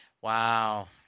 Wow